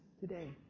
today